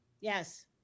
Yes